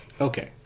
Okay